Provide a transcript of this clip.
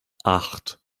acht